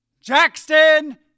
Jackson